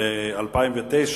ב-2009.